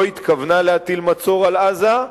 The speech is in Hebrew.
לא התכוונה להטיל מצור על עזה,